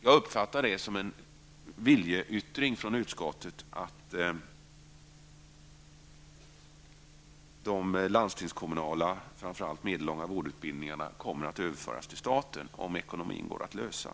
Jag uppfattar detta som en viljeyttring från utskottet att framför allt de medellånga landstingskommunala utbildningarna kommer att överföras till staten om ekonomin går att lösa.